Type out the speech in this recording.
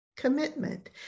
commitment